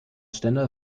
stendal